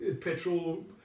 petrol